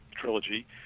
trilogy